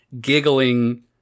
giggling